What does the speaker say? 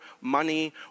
money